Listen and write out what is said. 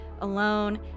alone